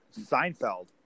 Seinfeld